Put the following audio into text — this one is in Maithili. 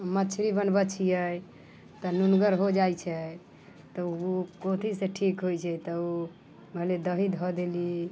मछली बनबै छियै तऽ नुनगर हो जाइत छै तऽ ओ कथीसँ ठीक होइ छै तऽ ओ मानि लिअ दही धऽ देली